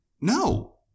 No